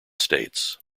states